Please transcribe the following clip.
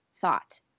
thought